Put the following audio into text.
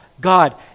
God